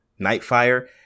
Nightfire